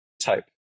type